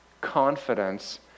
confidence